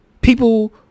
people